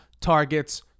targets